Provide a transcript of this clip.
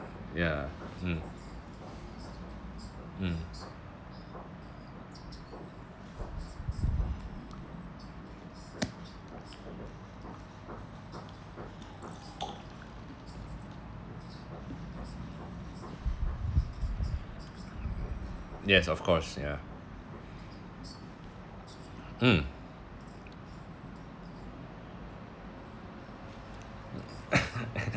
ya mm mm yes of course ya mm